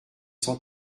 cent